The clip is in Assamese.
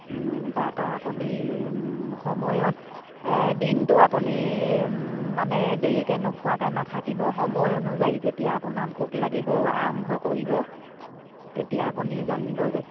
তাৰপা আপুনি সময়ত দিনটো আপুনি মানে দেৰিকে নোখোৱাকে নাথাকিব সময় অনুযায়ী যেতিয়া আপোনাৰ ভোক লাগিব আৰম্ভ কৰিব তেতিয়া আপুনি জানিব যে